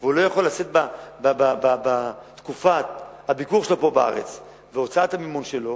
והוא לא יכול לשאת בביקור שלו בארץ בהוצאות המימון שלו,